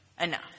enough